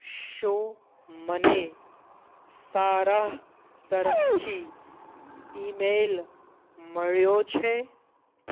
શું મને સારાહ તરફથી ઈમેલ મળ્યો છે